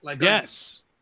yes